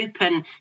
open